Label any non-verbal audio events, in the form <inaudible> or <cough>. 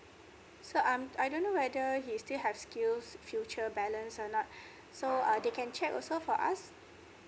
so um I don't know whether he still have skills future balance or not <breath> so uh they can check also for us